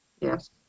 Yes